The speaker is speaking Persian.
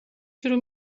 شروع